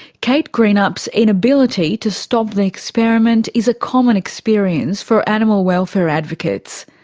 kate greenup's inability to stop the experiment is a common experience for animal welfare advocates.